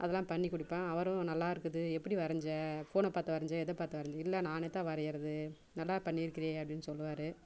அதெல்லாம் பண்ணி கொடுப்பேன் அவரும் நல்லா இருக்குது எப்படி வரஞ்ச ஃபோனை பார்த்து வரைஞ்சியா எதை பார்த்து வரஞ்ச இல்லை நானே தான் வரையறது நல்லா பண்ணிருக்குறியே அப்படின்னு சொல்லுவார்